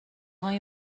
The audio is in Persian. های